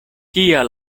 kia